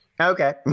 Okay